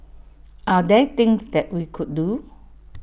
are there things that we could do